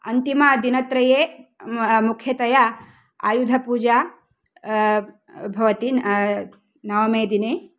अन्तिमदिनत्रये मु मुख्यतया आयुधपूजा भवति नवमे दिने